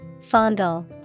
Fondle